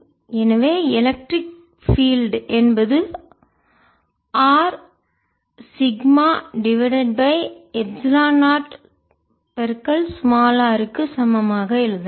எனவே electric field மின்சார புலம் என்பது r sigma divided by epsilon 0 r க்கு சமம் ஆக எழுதலாம்